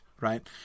right